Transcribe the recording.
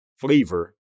flavor